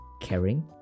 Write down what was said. caring